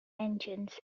engines